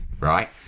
right